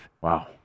Wow